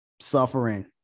suffering